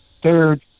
Third